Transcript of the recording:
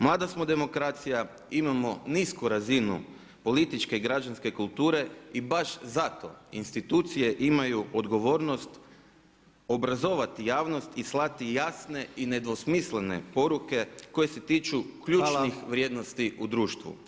Mlada smo demokracija, imamo nisu razinu političke i građanske kulture i baš zato institucije imaju odgovornost obrazovati javnost i slati jasne i nedvosmislene poruke koje se tiču ključnih vrijednosti u društvu.